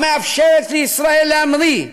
המאפשרת לישראל להמריא,